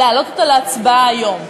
להעלות אותה להצבעה היום?